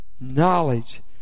knowledge